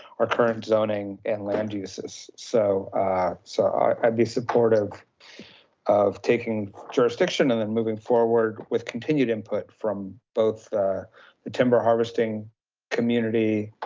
our current zoning and land use is so so i be supportive of taking jurisdiction and then moving forward with continued input from both the timber harvesting community,